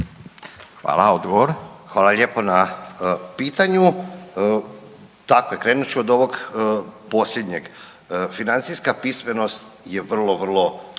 Goran (HDZ)** Hvala lijepo na pitanju. Tako je, krenut ću od ovog posljednjeg. Financijska pismenost je vrlo, vrlo